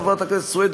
חברת הכנסת סויד,